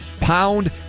pound